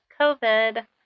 COVID